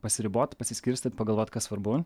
pasiribot pasiskirstyt pagalvot kas svarbu